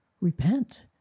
Repent